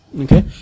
Okay